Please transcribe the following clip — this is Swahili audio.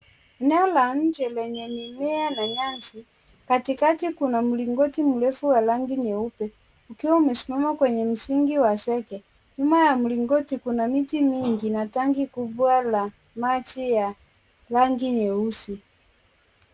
Eneo la nje lenye mimea na nyasi katikati kuna mlingoti mrefu wa rangi nyeupe ukiwa umesimama kwenye msingi wa seke. Nyuma ya mlingoti kuna miti mingi na tangi kubwa la maji ya rangi nyeusi.